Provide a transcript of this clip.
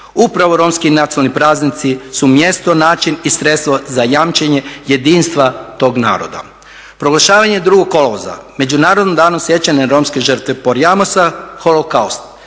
Upravo romski nacionalni praznici su mjesto, način i sredstvo za jamčenje jedinstva tog naroda. Proglašavanje 2. kolovoza Međunarodnim danom sjećanja na romske žrtve Porajmosa holokaust.